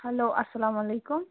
hello اَلسلام علیکُم